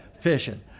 fishing